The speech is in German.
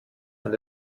man